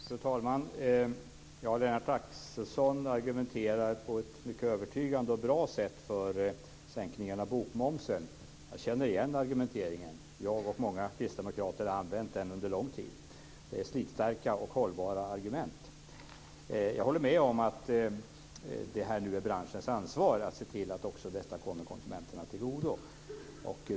Fru talman! Lennart Axelsson argumenterar på ett övertygande och bra sätt för sänkningen av bokmomsen. Jag känner igen argumenteringen. Jag och många kristdemokrater har använt den under lång tid. Det är slitstarka och hållbara argument. Jag håller med om att det är branschens ansvar att se till att detta kommer konsumenterna till godo.